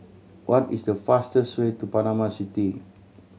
what is the fastest way to Panama City